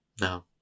no